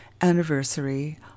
anniversary